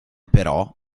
però